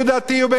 או כל אזרח.